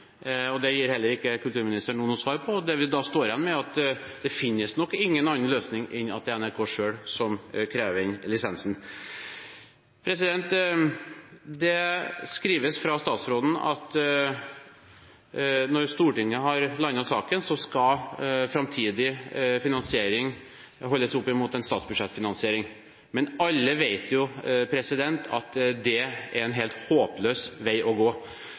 Det gir heller ikke kulturministeren nå noe svar på. Det vi da står igjen med, er at det nok ikke finnes noen annen løsning enn at NRK selv krever inn lisensen. Det skrives fra statsrådens side at når Stortinget har landet saken, skal framtidig finansiering holdes opp mot en statsbudsjettfinansiering. Men alle vet at det er en helt håpløs vei å gå.